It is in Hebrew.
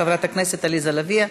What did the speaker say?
חברת הכנסת עליזה לביא,